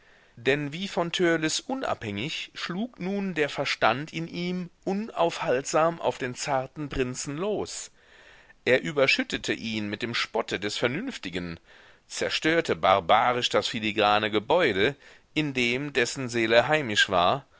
denn wie von törleß unabhängig schlug nun der verstand in ihm unaufhaltsam auf den zarten prinzen los er überschüttete ihn mit dem spotte des vernünftigen zerstörte barbarisch das filigrane gebäude in dem dessen seele heimisch war